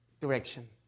direction